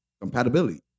compatibility